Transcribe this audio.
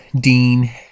Dean